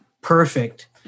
Perfect